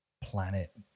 planet